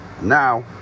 Now